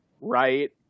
right